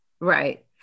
Right